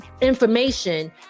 information